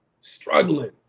struggling